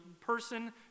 person